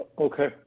Okay